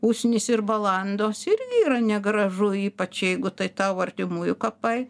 usnys ir balandos irgi yra negražu ypač jeigu tai tavo artimųjų kapai